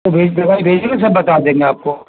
دوائی بھیج دے بھیجیں گے سب بتا دیں گے آپ کو